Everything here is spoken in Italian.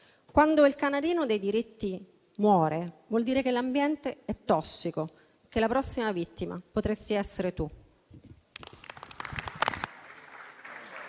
Quando il canarino dei diritti muore, vuol dire che l'ambiente è tossico e che la prossima vittima potesti essere tu.